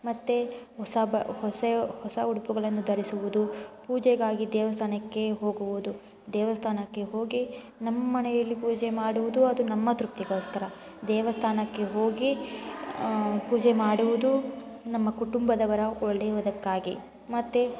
ಮತ್ತು ಹೊಸ ಬಾ ಹೊಸ ಹೊಸ ಉಡುಪುಗಳನ್ನು ಧರಿಸುವುದು ಪೂಜೆಗಾಗಿ ದೇವಸ್ಥಾನಕ್ಕೆ ಹೋಗುವುದು ದೇವಸ್ಥಾನಕ್ಕೆ ಹೋಗಿ ನಮ್ಮ ಮನೆಯಲ್ಲಿ ಪೂಜೆ ಮಾಡುವುದು ಅದು ನಮ್ಮ ತೃಪ್ತಿಗೋಸ್ಕರ ದೇವಸ್ಥಾನಕ್ಕೆ ಹೋಗಿ ಪೂಜೆ ಮಾಡುವುದು ನಮ್ಮ ಕುಟುಂಬದವರ ಒಳ್ಳೆಯದಕ್ಕಾಗಿ ಮತ್ತು